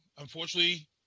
Unfortunately